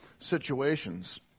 situations